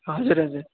हजुर हजुर